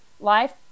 life